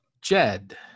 Jed